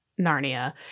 Narnia